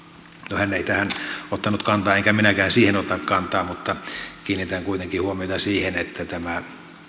no hän ei tähän ottanut kantaa enkä minäkään siihen ota kantaa mutta kiinnitän kuitenkin huomiota siihen että tämä